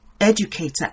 educator